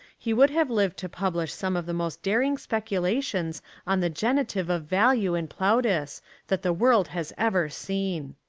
he would have lived to publish some of the most daring speculations on the genitive of value in plautus that the world has ever seen.